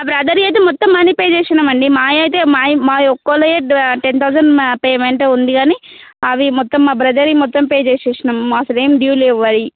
మా బ్రదర్వి అయితే మొత్తం మనీ పే చేసినాం అండి మావి మావి అయితే మావి ఒకరివి టెన్ థౌసండ్ పేమెంట్ ఉంది కానీ అవి మొత్తం మా బ్రదర్వి మొత్తం పే చేసినాం అసలు ఏమి డ్యూ లేవు అవి